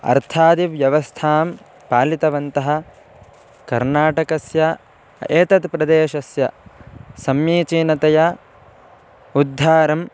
अर्थादिव्यवस्थां पालितवन्तः कर्नाटकस्य एतत् प्रदेशस्य समीचीनतया उद्धारम्